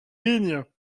lignes